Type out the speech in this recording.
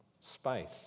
space